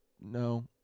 No